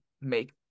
make